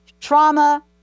Trauma